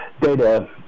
data